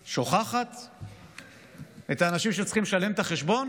שוכחת את האנשים שצריכים לשלם את החשבון?